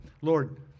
Lord